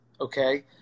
okay